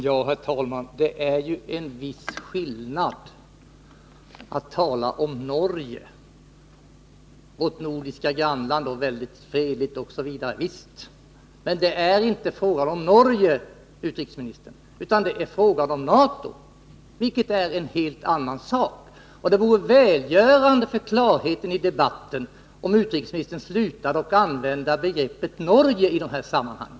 Herr talman! Det är ju en viss skillnad att tala om Norge, vårt fredliga nordiska grannland. Men det är inte fråga om Norge, utrikesministern, utan det är fråga om NATO, vilket är en helt annan sak. Det vore välgörande för klarheten i debatten om utrikesministern slutade använda begreppet Norge i dessa sammanhang.